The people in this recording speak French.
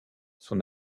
son